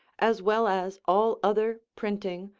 as well as all other printing,